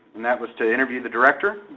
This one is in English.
and that was to interview the director,